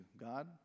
God